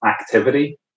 activity